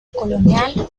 colonial